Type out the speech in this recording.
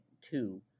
two